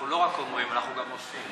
אנחנו לא רק אומרים, אנחנו גם עושים.